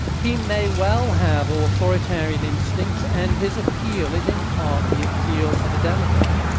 he may well have authoritarian instincts, and his appeal is in part the appeal of a demagogue.